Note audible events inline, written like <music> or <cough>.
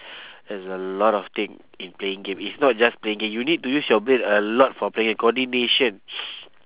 it's a lot of thing in playing game it's not just playing game you need to use your brain a lot for playing coordination <noise>